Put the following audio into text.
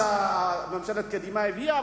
ממשלת קדימה הביאה,